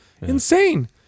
Insane